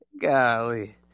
golly